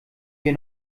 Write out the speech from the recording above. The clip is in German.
wir